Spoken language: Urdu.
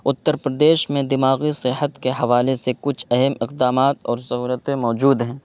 اتر پردیش میں دماغی صحت کے حوالے سے کچھ اہم اقدامات اور سہولتیں موجود ہیں